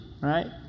Right